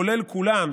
כולל כולם.